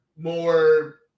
More